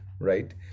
right